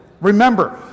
Remember